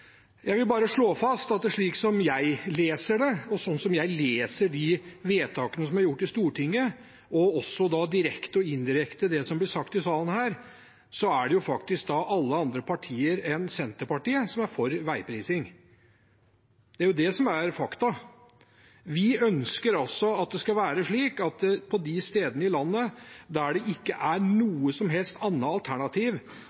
Jeg vil bare slå fast at slik jeg leser det, og slik jeg leser de vedtakene som er gjort i Stortinget, og også direkte og indirekte det som blir sagt i salen her, er faktisk alle andre partier enn Senterpartiet for veiprising. Det er jo det som er fakta. Vi ønsker at det skal være slik at på de stedene i landet der det ikke er